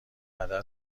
عدد